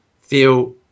feel